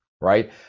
right